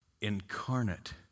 incarnate